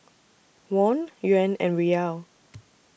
Won Yuan and Riyal